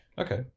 okay